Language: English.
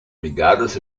regardless